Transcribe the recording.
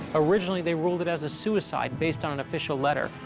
originally they ruled it as a suicide based on an official letter,